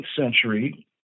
century—